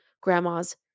grandmas